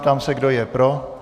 Ptám se, kdo je pro.